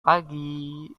pagi